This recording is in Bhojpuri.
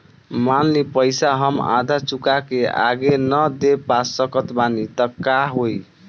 मान ली पईसा हम आधा चुका के आगे न दे पा सकत बानी त का होई?